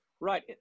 Right